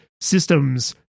systems